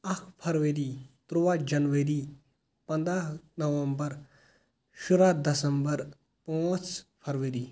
اَکھ فروٕری ترٛووَہ جَنوٕری پَنٛدَہ نَوَمبر شُرَہ دَسَمبر پانٛژھ فَروٕری